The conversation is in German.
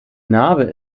narbe